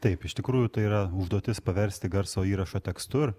taip iš tikrųjų tai yra užduotis paversti garso įrašą tekstu